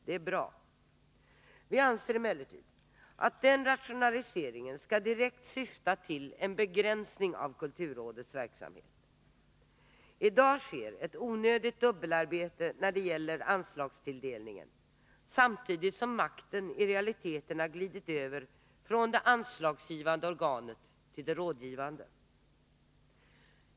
Det är bra. Vi anser emellertid att den rationaliseringen skall direkt syfta till en begränsning av kulturrådets verksamhet. I dag sker ett onödigt dubbelarbete när det gäller anslagstilldelningen, samtidigt som makten i realiteten har glidit över från det anslagsgivande organet till det rådgivande.